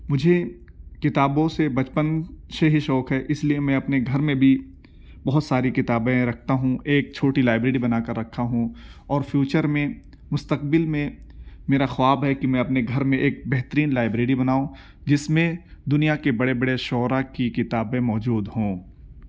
مجھے کتابوں سے بچپن سے ہی شوق ہے اس لیے میں اپنے گھر میں بھی بہت ساری کتابیں رکھتا ہوں ایک چھوٹی لائبریری بنا کر رکھا ہوں اور فیوچر میں مستقبل میں میرا خواب ہے کہ میں اپنے گھر میں ایک بہترین لائبریری بناؤں جس میں دنیا کے بڑے بڑے شعراء کی کتابیں موجود ہوں